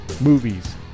movies